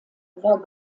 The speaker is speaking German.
war